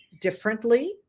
differently